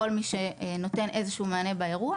כל מי שנותן איזשהו מענה באירוע,